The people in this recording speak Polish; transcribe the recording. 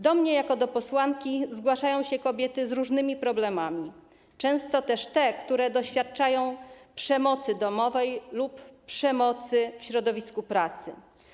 Do mnie jako do posłanki zgłaszają się kobiety z różnymi problemami, często też te, które doświadczają przemocy domowej lub przemocy w środowisku pracy.